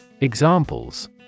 Examples